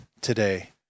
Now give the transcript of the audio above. today